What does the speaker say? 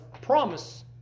promise